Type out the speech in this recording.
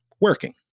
working